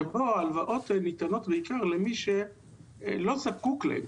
שבו הלוואות ניתנות בעיקר למי שלא זקוק להן,